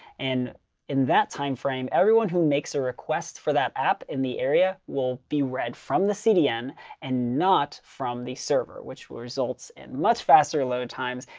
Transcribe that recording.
and in that timeframe, everyone who makes a request for that app in the area will be read from the cdn and not from the server, which results in and much faster load times.